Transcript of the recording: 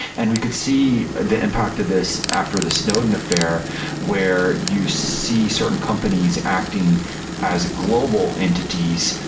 and we could see the impact of this after the snowden affair where you see certain companies acting as global entities,